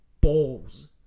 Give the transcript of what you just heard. balls